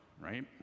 right